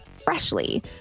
Freshly